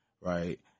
right